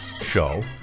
show